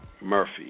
Murphy